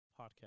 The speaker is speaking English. podcast